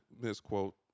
misquote